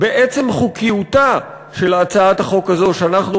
בעצם חוקיותה של הצעת החוק הזאת שאנחנו